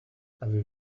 avez